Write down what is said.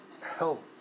help